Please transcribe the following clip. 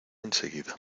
enseguida